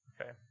Okay